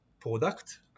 product